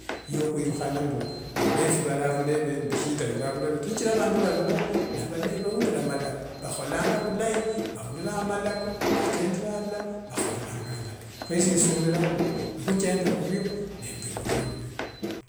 Yohwirukhana mbu mbavefu varavureve mbu ishida iri avureve shichira vandu varimo navalai vaurira malako vakholanga vulai vauriranga malako vachenderanga alala vakhoreranga alala kho esie suvira mbu nikhuchenda hurio nemba mburira vulai.